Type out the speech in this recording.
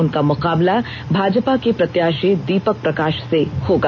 उनका मुकाबला भाजपा के प्रत्याषी दीपक प्रकाष से होगा